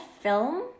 film